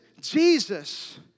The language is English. Jesus